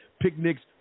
picnics